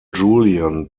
julian